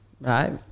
right